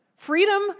Freedom